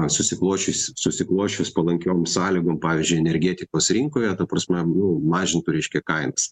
susiklosčiusi susiklosčius palankiom sąlygom pavyzdžiui energetikos rinkoje ta prasme nu mažintų reiškia kainas